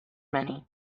money